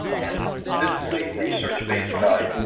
and this is a research-based guide,